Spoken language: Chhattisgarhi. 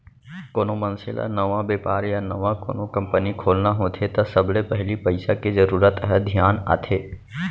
कोनो मनसे ल नवा बेपार या नवा कोनो कंपनी खोलना होथे त सबले पहिली पइसा के जरूरत ह धियान आथे